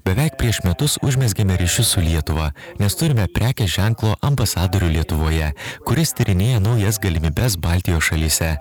beveik prieš metus užmezgėme ryšius su lietuva nes turime prekės ženklo ambasadorių lietuvoje kuris tyrinėja naujas galimybes baltijos šalyse